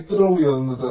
എത്ര ഉയർന്നത്